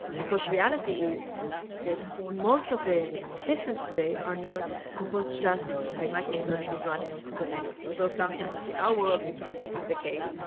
because reality is that most of the systems today are not composed just by microservices running on kubernetes. although sometimes, in our world, we think this is the case.